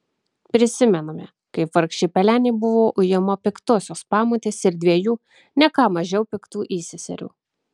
prisimename kaip vargšė pelenė buvo ujama piktosios pamotės ir dviejų ne ką mažiau piktų įseserių